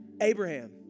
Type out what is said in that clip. Abraham